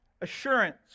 Assurance